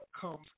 comes